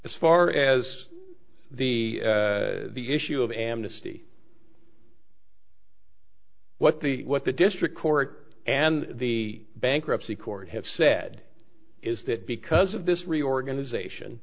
as far as the the issue of amnesty what the what the district court and the bankruptcy court have said is that because of this reorganization